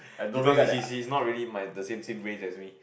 because he's he's he's not really my the same same race as me